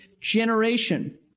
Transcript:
generation